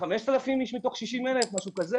5,000 איש מתוך 60,000, ג.